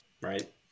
Right